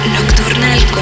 Nocturnal